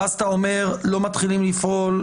ואז אתה אומר שלא מתחילים לפעול,